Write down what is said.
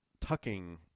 Tucking